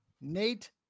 Nate